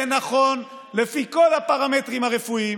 זה נכון לפי כל הפרמטרים הרפואיים,